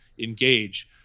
engage